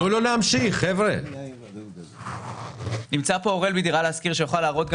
נמצא פה אוראל מדירה להשכיר יוכל להראות גם